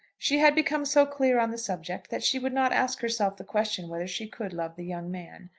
she had become so clear on the subject that she would not ask herself the question whether she could love the young man.